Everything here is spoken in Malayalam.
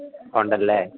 ആ ഉണ്ടല്ലേ